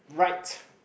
right